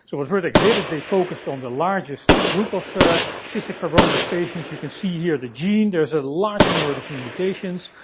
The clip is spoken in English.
so what vertex did is they focused on the largest group of cystic fibrosis patients. you can see here the gene. there's a large number of different mutations,